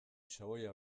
xaboia